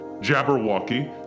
Jabberwocky